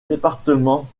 département